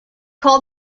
call